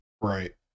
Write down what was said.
right